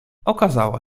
okazało